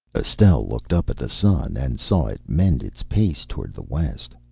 estelle looked up at the sun, and saw it mend its pace toward the west.